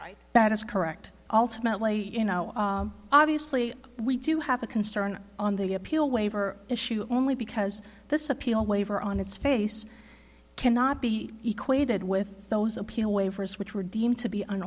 right that is correct alternately you know obviously we do have a concern on the appeal waiver issue only because this appeal waiver on its face cannot be equally added with those appeal waivers which were deemed to be